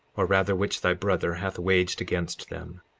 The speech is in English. or rather which thy brother hath waged against them,